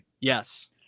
Yes